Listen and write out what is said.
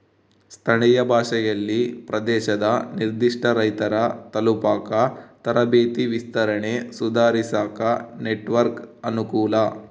ಸ್ಥಳೀಯ ಭಾಷೆಯಲ್ಲಿ ಪ್ರದೇಶದ ನಿರ್ಧಿಷ್ಟ ರೈತರ ತಲುಪಾಕ ತರಬೇತಿ ವಿಸ್ತರಣೆ ಸುಧಾರಿಸಾಕ ನೆಟ್ವರ್ಕ್ ಅನುಕೂಲ